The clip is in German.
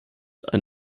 ein